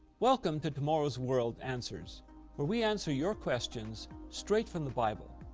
welcome to tomorrow's world answers where we answer your questions straight from the bible.